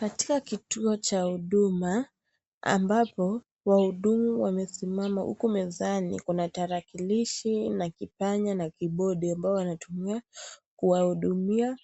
Katika kituo cha huduma ambapo wahudumu wamesimama huku mezani kuna tarakilishi na kipanya na kibodi, ambayo wanatumia kuwahudumia